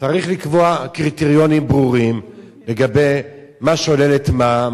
צריך לקבוע קריטריונים ברורים לגבי מה שולל את מה,